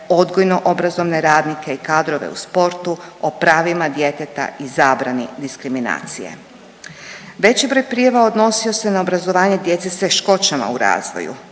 odgojno obrazovne radnike i kadrove u sportu o pravima djeteta i zabrani diskriminacije. Veći broj prijava odnosio se na obrazovanje djece s teškoćama u razvoju,